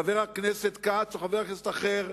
חבר הכנסת כץ או חבר כנסת אחר,